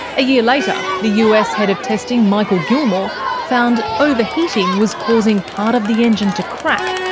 a year later, the us head of testing michael gilmore found overheating was causing part of the engine to crack,